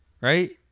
Right